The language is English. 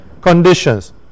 conditions